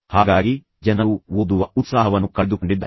ಹಾಗಾಗಿ ಜನರು ಓದುವ ಉತ್ಸಾಹವನ್ನು ಕಳೆದುಕೊಂಡಿದ್ದಾರೆ